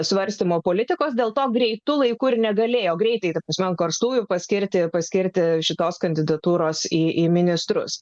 svarstymo politikos dėl to greitu laiku ir negalėjo greitai ta prasme ant karštųjų paskirti paskirti šitos kandidatūros į ministrus